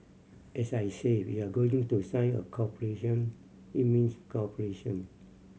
as I said we are going to sign a cooperation it means cooperation